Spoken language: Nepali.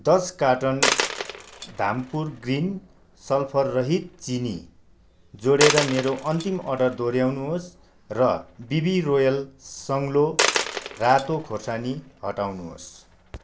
दश कार्टन धामपुर ग्रिन सल्फररहित चिनी जोडेर मेरो अन्तिम अर्डर दोहोऱ्याउनुहोस् र बिबी रोयल सग्लो रातो खोर्सानी हटाउनुहोस्